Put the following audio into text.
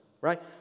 right